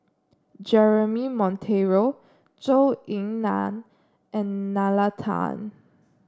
Jeremy Monteiro Zhou Ying Nan and Nalla Tan